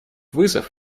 вызов